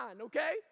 Okay